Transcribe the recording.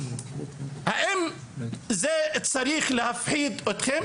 האם זה צריך להפחיד אתכם?